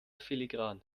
filigran